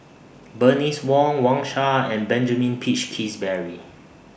Bernice Wong Wang Sha and Benjamin Peach Keasberry